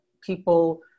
people